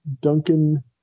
Duncan